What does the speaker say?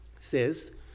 says